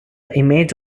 image